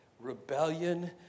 rebellion